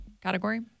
category